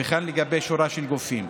וכן לגבי שורה של גופים.